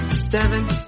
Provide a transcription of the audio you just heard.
Seven